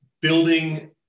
building